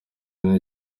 nina